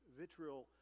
vitriol